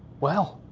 well,